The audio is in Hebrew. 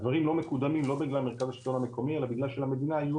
הדברים לא מקודמים לא בגלל מרכז השילטון המקומי אלא בגלל שלמדינה היו